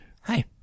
hi